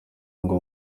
ngo